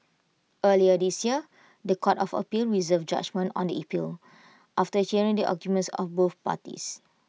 earlier this year The Court of appeal reserved judgement on the appeal after hearing the arguments of both parties